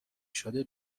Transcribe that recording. شده